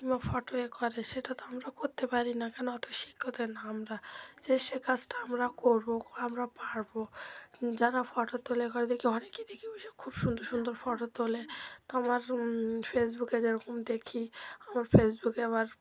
কিংবা ফটো এ করে সেটা তো আমরা করতে পারি না কেন অত শিক্ষিত না আমরা যে সে কাজটা আমরা করবো আমরা পারবো যারা ফটো তোলে এ করে দেখি অনেকেই দেখে বসে খুব সুন্দর সুন্দর ফটো তোলে তো আমার ফেসবুকে যেরকম দেখি আমার ফেসবুকে আবার